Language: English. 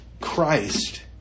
Christ